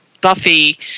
Buffy